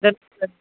దొరుకుతుంది